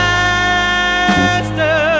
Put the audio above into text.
Master